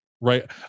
right